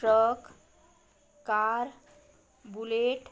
truck car bullet